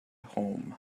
home